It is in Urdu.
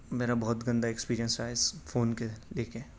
میرا بہت گندا ایکسپیرینس رہا اس فون کے لے کے